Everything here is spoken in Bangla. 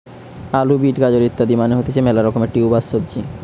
আলু, বিট, গাজর ইত্যাদি মানে হতিছে মেলা রকমের টিউবার সবজি